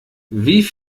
wie